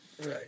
Right